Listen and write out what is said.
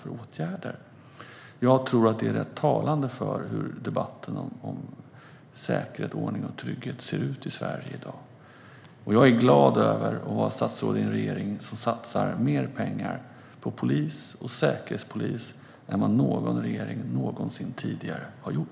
Jag tror att detta är rätt talande för hur debatten om säkerhet, ordning och trygghet ser ut i Sverige i dag. Jag är glad över att vara statsråd i en regering som satsar mer pengar på polis och säkerhetspolis än vad någon regering någonsin tidigare har gjort.